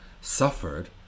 suffered